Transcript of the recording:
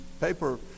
paper